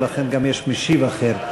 ולכן יש גם משיב אחר.